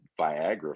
Viagra